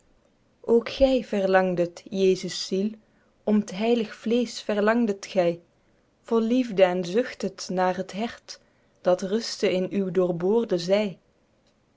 gy verlangdet jesus ziel om t heilig vleesch verlangdet gy vol liefde en zuchttet naer het hert dat rustte in uw doorboorde zy